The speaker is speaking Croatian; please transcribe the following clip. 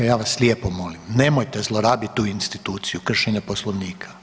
Ja vas lijepo molim, nemojte zlorabiti tu instituciju kršenje Poslovnika.